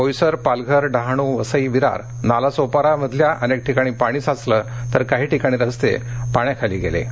बोईसर पालघर डहाणू वसई विरार नालासोपारा मधीलअनेक ठिकाणी पाणी साचलं तर काही ठिकाणी रस्ते पाण्याखाली गेलेत